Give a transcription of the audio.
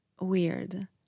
weird